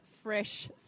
fresh